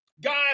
guys